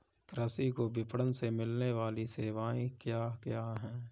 कृषि को विपणन से मिलने वाली सेवाएँ क्या क्या है